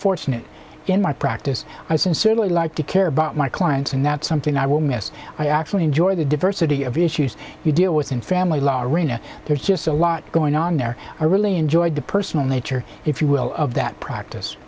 fortunate in my practice i sincerely like to care about my clients and that's something i will miss i actually enjoy the diversity of issues you deal with in family law arena there's just a lot going on there i really enjoyed the personal nature if you will of that practice